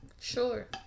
Sure